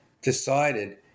decided